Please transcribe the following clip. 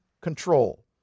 control